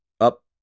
up